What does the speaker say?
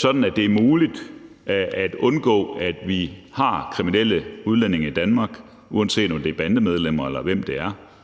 sådan at det er muligt at undgå, at vi har kriminelle udlændinge i Danmark, uanset om det er bandemedlemmer, eller hvem det er,